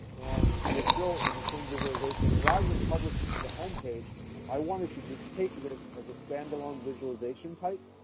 and see we are still in the same visualization, and rather than publish it to the home page i wanted to just take this a stand-alone visualization type,